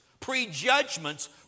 prejudgments